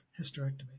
hysterectomy